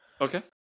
Okay